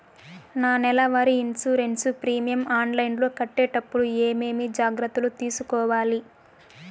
నా నెల వారి ఇన్సూరెన్సు ప్రీమియం ఆన్లైన్లో కట్టేటప్పుడు ఏమేమి జాగ్రత్త లు తీసుకోవాలి?